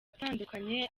atandukanye